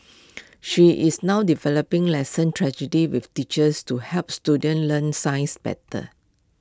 she is now developing lesson tragedies with teachers to help students learn science better